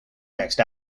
next